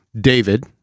David